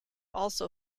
also